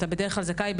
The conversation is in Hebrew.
אתה בדרך כלל זכאי,